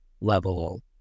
level